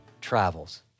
travels